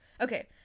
Okay